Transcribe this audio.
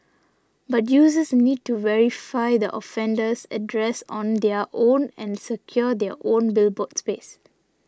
but users need to verify the offender's address on their own and secure their own billboard space